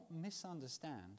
misunderstand